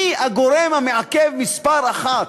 מי הגורם המעכב מספר אחת?